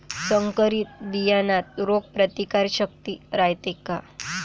संकरित बियान्यात रोग प्रतिकारशक्ती रायते का?